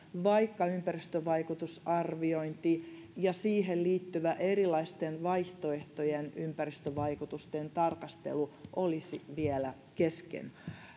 vaikka ympäristövaikutusarviointi ja siihen liittyvä erilaisten vaihtoehtojen ympäristövaikutusten tarkastelu olisivat vielä kesken